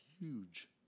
huge